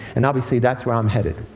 and obviously that's wrongheaded.